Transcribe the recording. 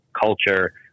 culture